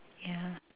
yeah